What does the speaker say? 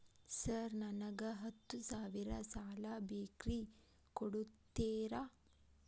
Sir ನನಗ ಹತ್ತು ಸಾವಿರ ಸಾಲ ಬೇಕ್ರಿ ಕೊಡುತ್ತೇರಾ?